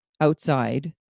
Outside